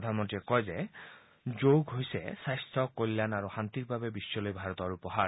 প্ৰধানমন্ত্ৰীয়ে কয় যে যোগ হৈছে স্বাস্থ্য কল্যাণ আৰু শান্তিৰ বাবে বিশ্বলৈ উপহাৰ